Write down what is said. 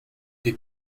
des